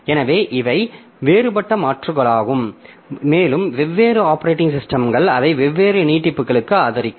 எனவே இவை வேறுபட்ட மாற்றுகளாகும் மேலும் வெவ்வேறு ஆப்பரேட்டிங் சிஸ்டம்கள் அதை வெவ்வேறு நீட்டிப்புகளுக்கு ஆதரிக்கும்